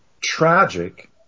tragic